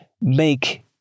make